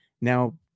Now